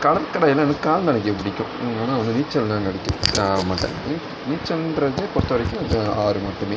கடற்கரையில் எனக்கு கால் நினைக்க பிடிக்கும் ஆனால் வந்து நீச்சல்லாம் நீச்சல்ன்றது பொறுத்த வரைக்கும் ஆறு மட்டுமே